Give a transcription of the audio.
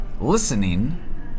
listening